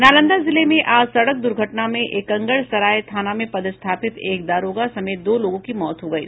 नालंदा जिले में आज सड़क दूर्घटना में एकंगरसराय थाना में पदस्थापित एक दारोगा समेता दो लोगों की मौत हो गयी